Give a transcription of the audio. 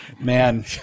man